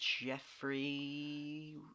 Jeffrey